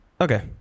okay